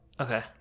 Okay